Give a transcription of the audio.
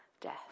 death